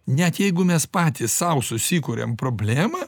net jeigu mes patys sau susikuriam problemą